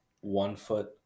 one-foot